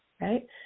right